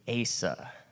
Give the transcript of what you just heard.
Asa